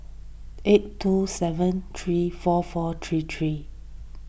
eight two seven three four four three three